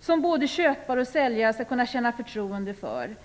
som både köpare och säljare skall kunna känna förtroende för.